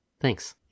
thanks